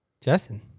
Justin